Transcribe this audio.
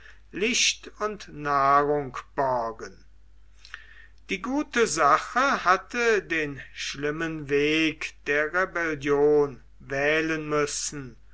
licht und nahrung borgen die gute sache hatte den schlimmen weg der rebellion wählen müssen